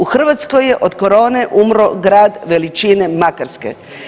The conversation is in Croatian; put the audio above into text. U Hrvatskoj je od korone umro grad veličine Makarske.